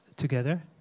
together